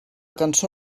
cançó